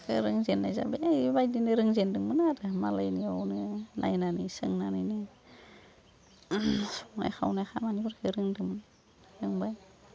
रोंजेन्नाय जाबाय बेबायदिनो रोंजेनदोंमोन आरो मालायनियावनो नायनानै सोंनानैनो संनाय खावनाय खामानिफोरखौ रोंदों रोंबाय